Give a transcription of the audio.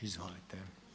Izvolite.